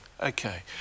Okay